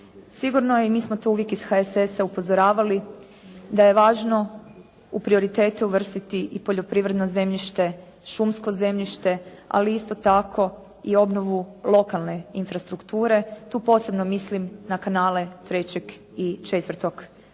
Sigurno je i mi smo to uvijek iz HSS-a upozoravali da je važno u prioritete uvrstiti i poljoprivredno zemljište, šumsko zemljište, ali isto tako i obnovu lokalne infrastrukture. Tu posebno mislim na kanale trećeg i